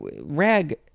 Rag